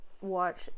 watch